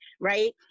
Right